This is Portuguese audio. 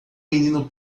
menino